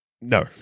no